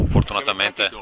Fortunatamente